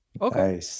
Okay